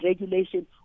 regulation